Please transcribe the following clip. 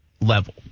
level